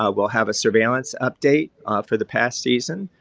ah we'll have a surveillance update for the past season,